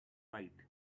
byte